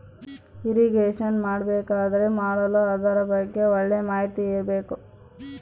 irrigation ಮಾಡಬೇಕಾದರೆ ಮಾಡಲು ಅದರ ಬಗ್ಗೆ ಒಳ್ಳೆ ಮಾಹಿತಿ ಇರ್ಬೇಕು